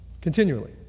continually